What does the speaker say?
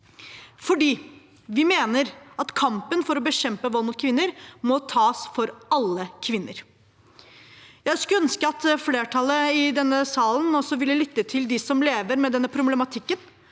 fordi vi mener at kampen for å bekjempe vold mot kvinner må tas for alle kvinner. Jeg skulle ønske at flertallet i denne salen også ville lytte til dem som lever med denne problematikken,